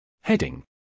Heading